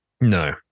No